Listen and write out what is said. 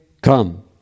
come